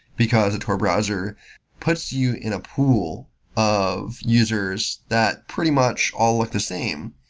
because the tor browser puts you in a pool of users that pretty much all look the same.